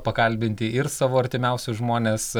pakalbinti ir savo artimiausius žmones